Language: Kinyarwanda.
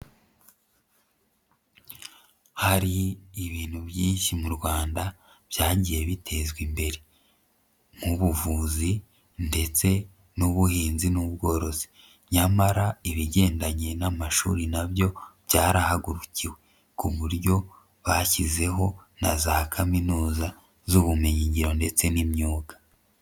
Hari ibintu byinshi mu Rwanda byagiye bitezwa imbere nk'ubuvuzi ndetse n'ubuhinzi n'ubworozi, nyamara ibigendanye n'amashuri na byo byarahagurukiwe, ku buryo bashyizeho na za kaminuza z'ubumenyin ngiro ndetse n'imyuga.